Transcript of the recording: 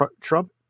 Trump